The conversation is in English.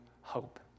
hope